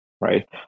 right